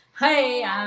hey